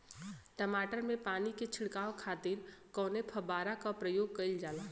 टमाटर में पानी के छिड़काव खातिर कवने फव्वारा का प्रयोग कईल जाला?